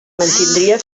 mantindria